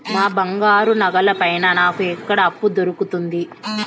నా బంగారు నగల పైన నాకు ఎక్కడ అప్పు దొరుకుతుంది